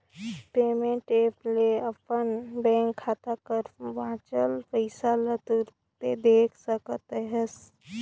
payment app ले अपन bank खाता कर बांचल पइसा ल तुरते देख सकत अहस